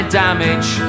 damage